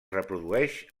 reprodueix